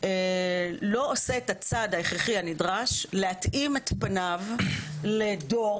לא עושה את הצעד ההכרחי הנדרש להתאים את פניו לדור